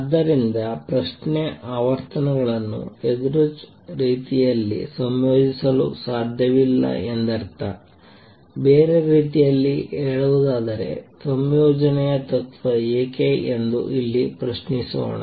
ಆದ್ದರಿಂದ ಪ್ರಶ್ನೆ ಆವರ್ತನಗಳನ್ನು ಯಾದೃಚ್ ರೀತಿಯಲ್ಲಿ ಸಂಯೋಜಿಸಲು ಸಾಧ್ಯವಿಲ್ಲ ಎಂದರ್ಥ ಬೇರೆ ರೀತಿಯಲ್ಲಿ ಹೇಳುವುದಾದರೆ ಸಂಯೋಜನೆಯ ತತ್ವ ಏಕೆ ಎಂದು ಇಲ್ಲಿ ಪ್ರಶ್ನಿಸೋಣ